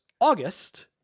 August